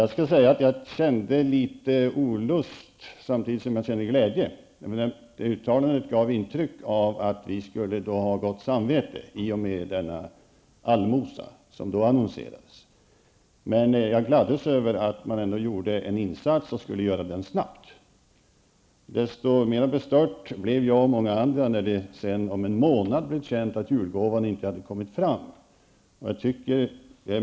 Jag skall säga att jag kände litet olust, samtidigt som jag kände glädje. Uttalandet gav intryck av att vi skulle ha gott samvete i och med den allmosa som då annonserades. Men jag gladdes över att man ändå gjorde en insats och skulle göra den snabbt. Desto mer bestört blev jag och många andra när det efter en månad blev känt att julgåvan inte hade kommit fram.